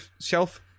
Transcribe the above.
shelf